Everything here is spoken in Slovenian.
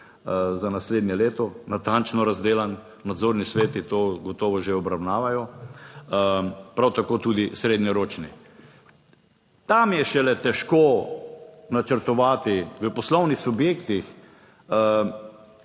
za naslednje leto, natančno razdelan, nadzorni sveti to gotovo že obravnavajo, prav tako tudi srednjeročni. Tam je šele težko načrtovati v poslovnih subjektih